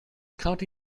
county